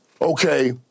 okay